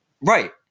Right